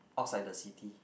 outside the city